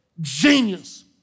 genius